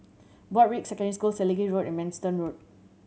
Broadrick Secondary School Selegie Road and Manston Road